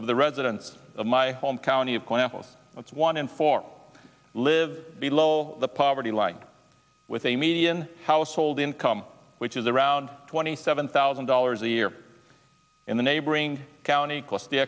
of the residents of my home county of claflin one in four live below the poverty line with a median household income which is around twenty seven thousand dollars a year in the neighboring county cost the